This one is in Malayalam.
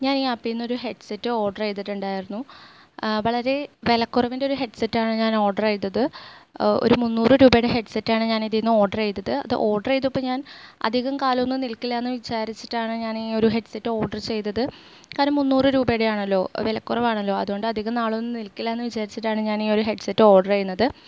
ഞാൻ ഈ അപ്പിൽ നിന്നൊരു ഹെഡ്സെറ്റ് ഓർഡർ ചെയ്തിട്ടുണ്ടായിരുന്നു വളരേ വിലക്കൊറവിൻറെ ഒരു ഹെഡ്സെറ്റ് ആണ് ഞാന് ഓർഡർ ചെയ്തത് ഒരു മൂന്നൂറ് രൂപയുടെ ഹെഡ്സെറ്റ് ആണ് ഞാൻ ഇതിൽ നിന്ന് ഓർഡർ ചെയ്തത് അത് ഓർഡർ ചെയ്തപ്പോൾ ഞാന് അധികം കാലമൊന്നും നില്ക്കില്ല എന്ന് വിചാരിച്ചിട്ടാണ് ഞാൻ ഈയൊരു ഹെഡ്സെറ്റ് ഓർഡർ ചെയ്തത് കാരണം മൂന്നൂറ് രൂപയുടെയാണല്ലോ വിലക്കുറവാണല്ലോ അതുകൊണ്ട് അധികം നാളൊന്നും നില്ക്കില്ല എന്ന് വിചാരിച്ചിട്ടാണ് ഞാൻ ഈ ഒരു ഹെഡ്സെറ്റ് ഓർഡർ ചെയ്യുന്നത്